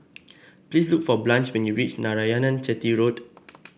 please look for Blanche when you reach Narayanan Chetty Road